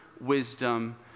wisdom